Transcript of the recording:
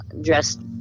dressed